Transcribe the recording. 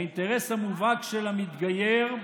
האינטרס המובהק של המתגייר,